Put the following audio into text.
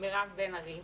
מירב בן ארי,